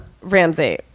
Ramsey